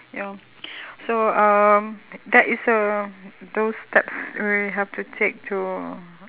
you know so um that is uh those steps we have to take to